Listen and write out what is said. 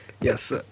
Yes